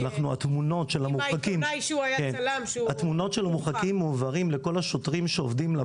התמונות של המורחקים מועברים לכל השוטרים שעובדים,